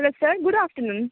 hello sir good afternoon